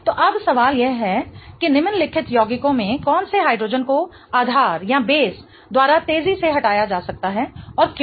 तो अब सवाल यह है कि निम्नलिखित यौगिकों में कौन से हाइड्रोजेन को आधार द्वारा तेजी से हटाया जा सकता है और क्यों